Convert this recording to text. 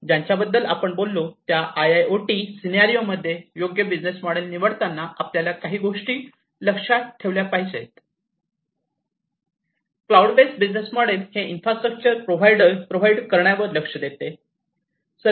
तर ज्यांच्याबद्दल आपण बोललो त्या I I O T scenario मध्ये योग्य बिझनेस मॉडेल निवडतांना या काही गोष्टी आपल्याला लक्षात ठेवल्या पाहिजे तर क्लाऊड बेस्ड बिझनेस मोडेल हे इन्फ्रास्ट्रक्चर प्रोव्हाइड करण्यावर लक्ष देते